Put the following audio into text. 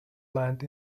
land